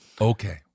okay